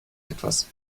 etwas